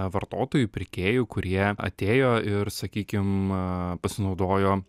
vartotojų pirkėjų kurie atėjo ir sakykim pasinaudojo